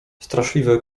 straszliwe